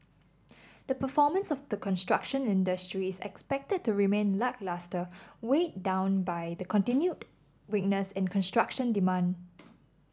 the performance of the construction industry is expected to remain lacklustre weighed down by the continued weakness in construction demand